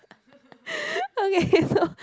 okay